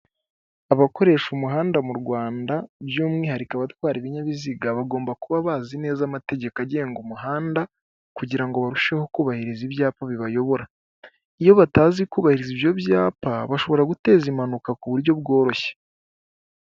Abakoresha umuhanda mu Rwanda by'umwihariko abatwara ibinyabiziga bagomba kuba bazi neza amategeko agenga umuhanda kugira ngo ngo barusheho kubahiriza ibyapa bibayobora, iyo batazi kubahiriza ibyo byapa bashobora guteza impanuka ku buryo bworoshye.